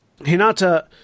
Hinata